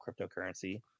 cryptocurrency